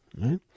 right